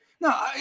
No